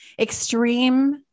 extreme